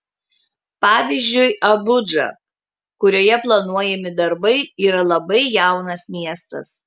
pavyzdžiui abudža kurioje planuojami darbai yra labai jaunas miestas